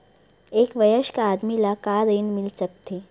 एक वयस्क आदमी ला का ऋण मिल सकथे?